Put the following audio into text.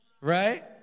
Right